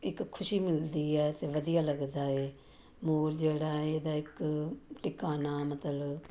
ਇੱਕ ਖੁਸ਼ੀ ਮਿਲਦੀ ਹੈ ਅਤੇ ਵਧੀਆ ਲੱਗਦਾ ਹੈ ਮੋਰ ਜਿਹੜਾ ਇਹਦਾ ਇੱਕ ਟਿਕਾਣਾ ਮਤਲਬ